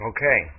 Okay